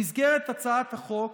במסגרת הצעת החוק